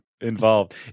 involved